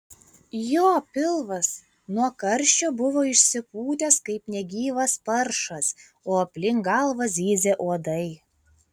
jo pilvas nuo karščio buvo išsipūtęs kaip negyvas paršas o aplink galvą zyzė uodai